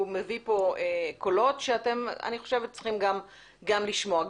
הוא מביא כאן קולות אני חושבת שאתם צריכים לשמוע אותם.